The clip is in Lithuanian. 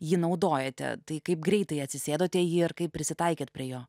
jį naudojate tai kaip greitai atsisėdote jį ir kaip prisitaikėte prie jo